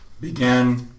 began